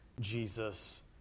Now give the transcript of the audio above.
Jesus